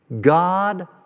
God